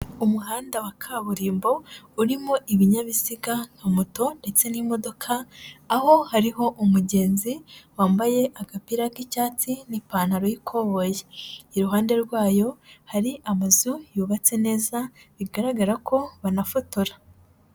Umuhanda wa kaburimbo urimo ibinyabiziga nka moto ndetse n'imodoka, aho hariho umugenzi wambaye agapira k'icyatsi n'ipantaro y'ikoboyi, iruhande rwayo hari amazu yubatse neza bigaragara ko banafotora.